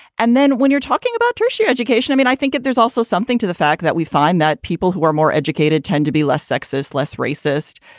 and then when you're talking about tertiary education, i mean, i think that there's also something to the fact that we find that people who are more educated tend to be less success, less racist.